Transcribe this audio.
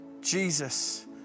Jesus